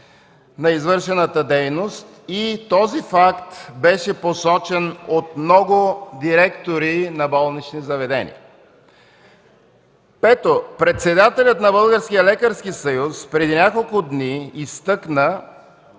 на извършената дейност и този факт беше посочен от много директори на болнични заведения. Пето, председателят на Българския лекарски съюз